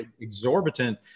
exorbitant